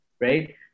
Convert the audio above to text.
Right